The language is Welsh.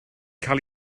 cael